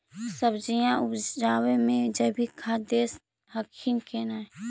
सब्जिया उपजाबे मे जैवीक खाद दे हखिन की नैय?